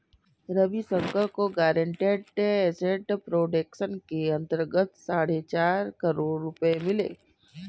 रविशंकर को guaranteed asset protection के अंतर्गत साढ़े चार करोड़ रुपये मिले